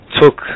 took